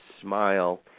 smile